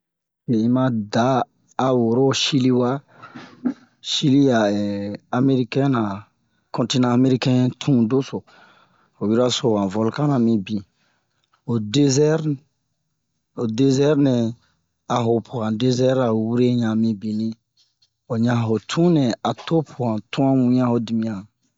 Biye un ma da a woro Shili wa Shili a amerikɛn na kontinan amerikɛn tun doso ho yoro so han volkan na mibin ho dezɛr ho dezɛr nɛ a ho po han dezɛr ra wure yan mibini ho ɲa ho tun nɛ a to po han tun'an wian ho dimiyan